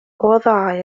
وضع